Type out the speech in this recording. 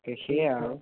শেষেই আৰু